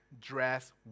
dress